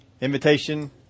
invitation